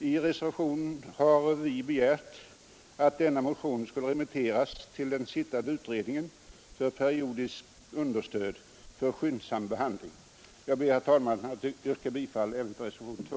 I reservationen har vi begärt att denna motion skulle — "Sen för gåvor remitteras till den sittande skatteutredningen om periodiskt understöd till allmännyttiga Jag ber, herr talman, att få yrka bifall även till reservationen 2.